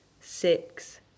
six